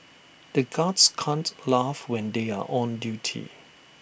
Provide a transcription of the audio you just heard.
the guards can't laugh when they are on duty